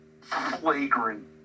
flagrant